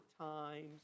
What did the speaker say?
times